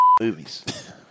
movies